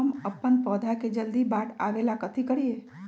हम अपन पौधा के जल्दी बाढ़आवेला कथि करिए?